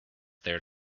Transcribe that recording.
their